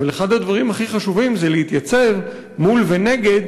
אבל אחד הדברים הכי חשובים הוא להתייצב מול ונגד